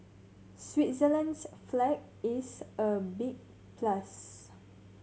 switzerland's flag is a big plus